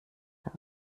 das